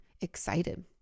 excited